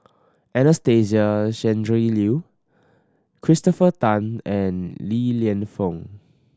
Anastasia Tjendri Liew Christopher Tan and Li Lienfung